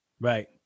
Right